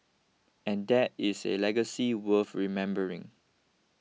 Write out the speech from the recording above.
and that is a legacy worth remembering